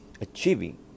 achieving